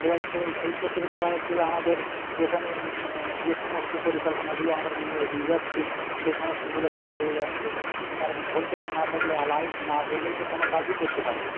এবার সেই সেই ক্ষেত্রে দেখা যাচ্ছে যে আমাদের এখানে যে সমস্ত পরিকল্পনাগুলো আমরা নিয়ে এগিয়ে যাচ্ছি সেই সমস্তগুলো বাধা হয়ে যাচ্ছে কারণ ভোল্টেজ না থাকলে আর লাইট না জ্বললেই তো কোনো কাজই করতে পারে না